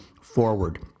forward